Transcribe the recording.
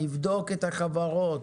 נבדוק את החברות